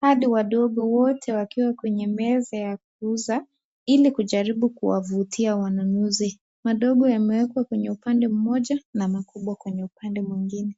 hadi wadogo wote wakiwa kwenye meza ya kuuza ili kujaribu kuwavutia wanunuzi. Madogo yamewekwa kwenye Upande mmoja na makubwa kwenye Upande mwingine.